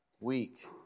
week